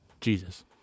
Jesus